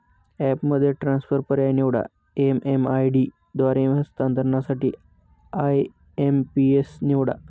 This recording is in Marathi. ॲपमध्ये ट्रान्सफर पर्याय निवडा, एम.एम.आय.डी द्वारे हस्तांतरणासाठी आय.एम.पी.एस निवडा